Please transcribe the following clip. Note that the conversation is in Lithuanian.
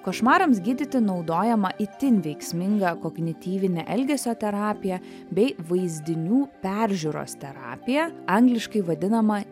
košmarams gydyti naudojama itin veiksminga kognityvinė elgesio terapija bei vaizdinių peržiūros terapija angliškai vadinama